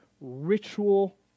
ritual